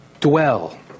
dwell